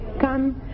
come